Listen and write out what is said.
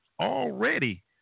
Already